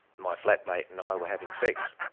my flatmate and i were having sex,